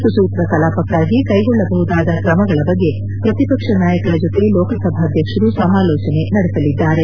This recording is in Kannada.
ಸುಸೂತ್ರ ಕಲಾಪಕ್ಕಾಗಿ ಕೈಗೊಳ್ಳಬಹುದಾದ ಕ್ರಮಗಳ ಬಗ್ಗೆ ಪ್ರತಿಪಕ್ಷ ನಾಯಕರ ಜತೆ ಲೋಕಸಭಾಧ್ವಕ್ಷರು ಸಮಾರೋಚನೆ ನಡೆಸಲಿದ್ದಾರೆ